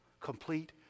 complete